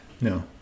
no